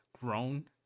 grown